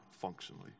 functionally